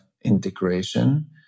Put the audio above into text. integration